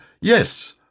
Yes